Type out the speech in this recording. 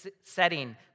setting